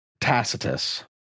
Tacitus